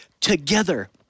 together